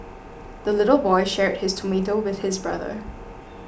the little boy shared his tomato with his brother